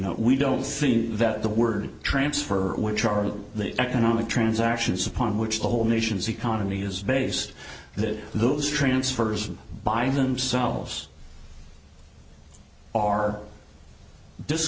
know we don't think that the word transfer which are of the economic transactions upon which the whole nation's economy is based that those transfers by themselves are